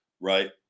right